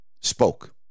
spoke